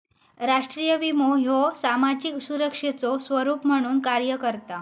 राष्ट्रीय विमो ह्यो सामाजिक सुरक्षेचो स्वरूप म्हणून कार्य करता